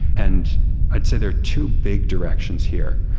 and i'd say there are two big directions here.